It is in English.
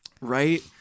right